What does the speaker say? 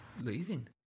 leaving